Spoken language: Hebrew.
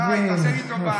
די, תעשה לי טובה.